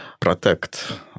protect